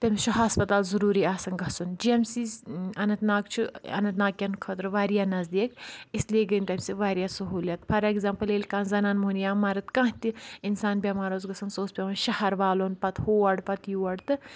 تٔمِس چھُ ہسپَتال ضروٗری آسان گژھُن G M C Anantnag چھُ اَننت ناگ کؠن خٲطرٕ واریاہ نَزدیٖک اِسلیے گٔے تمہِ سۭتۍ واریاہ سہوٗلِیَت فار اؠگزامپٕل ییٚلہِ کانٛہہ زَنان مٔہنی یا مَرد کانٛہہ تہِ اِنسان بٮ۪مار اوس گَژھان سُہ اوس پیوان شَہر والُن پَتہٕ ہور پَتہٕ یور تہٕ